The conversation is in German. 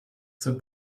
zur